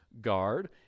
guard